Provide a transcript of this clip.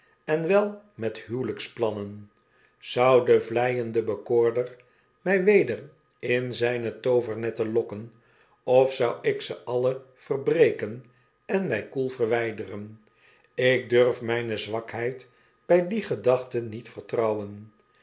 en wel met huwelyksplannen zou de vleiende bekoorder my weder in zyne toovernetten lokken of zou ik ze alle verbreken en mij koel verwyderen ik durf myne zwakheid by die gedachte niet vertrouwen